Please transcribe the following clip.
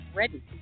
Ready